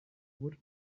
would